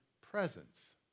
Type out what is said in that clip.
presence